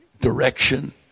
direction